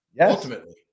ultimately